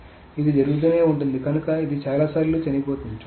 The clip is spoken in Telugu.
కాబట్టి ఇది జరుగుతూనే ఉంటుంది కనుక ఇది చాలాసార్లు చనిపోతుంది